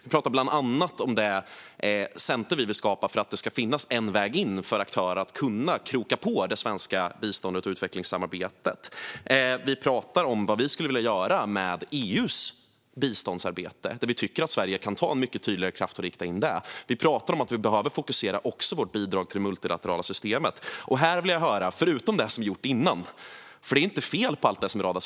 Vi pratar bland annat om det center vi vill skapa för att det ska finnas en väg in för aktörer att kroka på det svenska biståndet och utvecklingssamarbetet. Vi pratar om vad vi skulle vilja göra med EU:s biståndsarbete, där vi tycker att Sverige kan rikta in en mycket tydligare kraft. Vi pratar om att vi behöver fokusera vårt bidrag till det multilaterala systemet. Det är inte fel på allt som radas upp av statsrådet, men det är inte jättemycket nyheter.